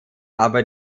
aber